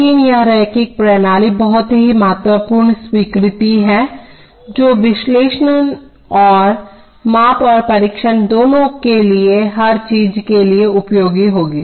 लेकिन यह रैखिक प्रणालियों की बहुत ही महत्वपूर्ण स्वीकृति है जो विश्लेषण और माप और परीक्षण दोनों के लिए हर चीज के लिए उपयोगी होगी